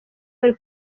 wari